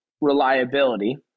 reliability